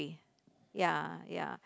ya ya